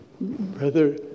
Brother